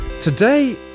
Today